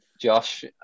Josh